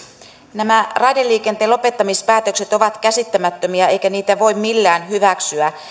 nämä raideliikenteen lopettamispäätökset ovat käsittämättömiä eikä niitä voi millään hyväksyä